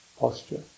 posture